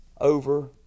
over